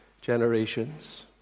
generations